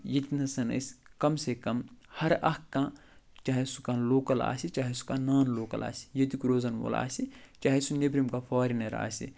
یٔتۍ نَس أسۍ کم سے کم ہر اَکھ کانٛہہ چاہے سُہ کانٛہہ لوکَل آسہِ چاہے سُہ کانٛہہ نان لوکَل آسہِ یٔتیُک روزَن وول آسہِ چاہے سُہ نیبرِم کانٛہہ فارِنَر آسہِ